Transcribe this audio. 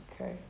Okay